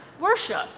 worship